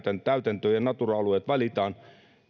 täytäntöön ja natura alueet valitaan